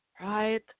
right